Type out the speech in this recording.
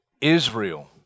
Israel